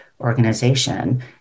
organization